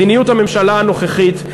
מדיניות הממשלה הנוכחית,